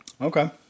Okay